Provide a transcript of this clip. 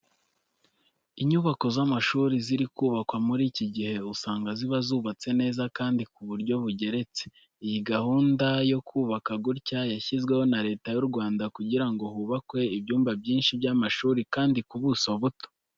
Inyubako z'amashuri ziri kubakwa muri iki gihe usanga ziba zubatse neza kandi ku buryo bugeretse. Iyi gahunda yo kubaka gutya yashyizweho na Leta y'u Rwanda kugira ngo hubakwe ibyumba byinshi by'amashuri kandi ku buso buto.